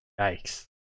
Yikes